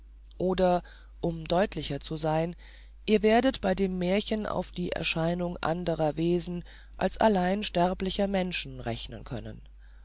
oder um deutlicher zu sein ihr werdet bei dem märchen auf die erscheinung anderer wesen als allein sterblicher menschen rechnen können